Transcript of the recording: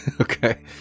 Okay